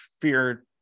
fear